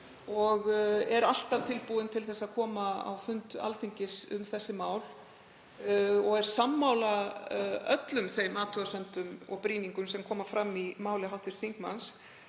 og er alltaf tilbúin til þess að koma á fund Alþingis um þessi mál. Ég er sammála öllum þeim athugasemdum og brýningum sem fram koma í máli hv. þingmanns,